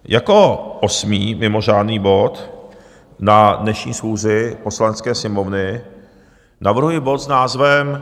Jako osmý mimořádný bod na dnešní schůzi Poslanecké sněmovny navrhuji bod s názvem